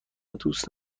دوست